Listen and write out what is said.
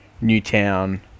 Newtown